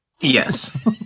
Yes